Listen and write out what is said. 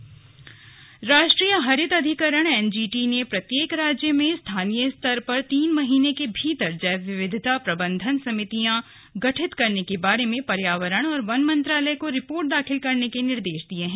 NGT राष्ट्रीय हरित अधिकरण एनजीटी ने प्रत्येक राज्य में स्थानीय स्तर पर तीन महीने के भीतर जैव विविधता प्रबंधन समितियां गठित करने के बारे में पर्यावरण और वन मंत्रालय को रिपोर्ट दाखिल करने का निर्देश दिया है